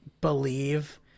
believe